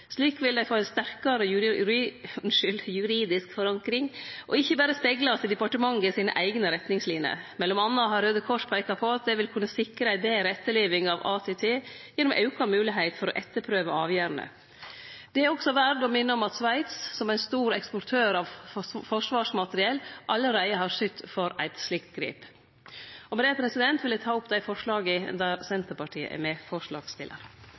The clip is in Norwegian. Slik vil dei få ei sterkare juridisk forankring og ikkje berre speglast i departementet sine eigne retningslinjer. Mellom anna har Raudekrossen peika på at dette vil kunne sikre ei betre etterleving av ATT gjennom auka moglegheit for å etterprøve avgjerdene. Det er også verdt å minne om at Sveits, som ein stor eksportør av forsvarsmateriell, allereie har sytt for eit slikt grep. Med dette vil eg ta opp det forslaget der Senterpartiet er